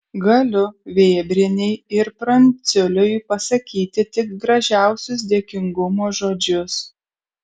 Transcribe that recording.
galiu vėbrienei ir pranciuliui pasakyti tik gražiausius dėkingumo žodžius